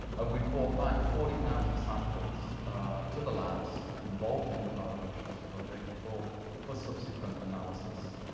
and we brought back forty thousand samples to the labs involved in the tara oceans project for for subsequent analysis.